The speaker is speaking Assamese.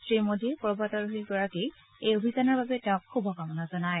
শ্ৰীমোডীয়ে পৰ্বতাৰোহীগৰাকীৰ এই অভিযানৰ বাবে তেওঁক শুভ কামনা জনায়